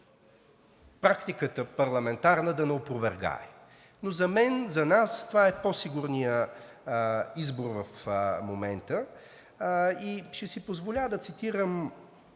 парламентарната практика да ме опровергае, но за мен, за нас това е по-сигурният избор в момента. И ще си позволя да цитирам